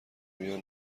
میان